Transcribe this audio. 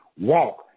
walk